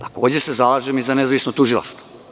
Takođe se zalažem i za nezavisno tužilaštvo.